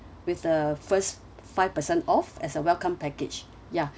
with the first five percent off as a welcome package ya